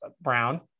brown